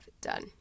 done